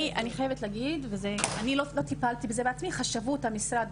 אני חייבת להגיד: אני לא טיפלתי בזה בעצמי אלא חשבות המשרד.